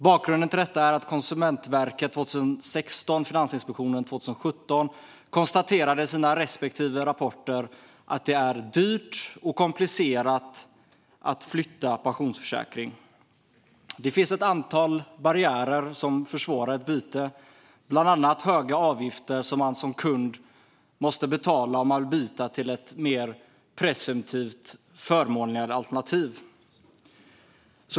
Bakgrunden är att Konkurrensverket 2016 och Finansinspektionen 2017 i sina respektive rapporter konstaterade att det är dyrt och komplicerat att flytta pensionsförsäkring. Det finns ett antal barriärer som försvårar ett byte, bland annat höga avgifter som man som kund måste betala om man vill byta till ett presumtivt mer förmånligt alternativ.